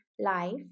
life